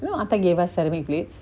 you know atha gave us ceramic plates